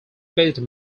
based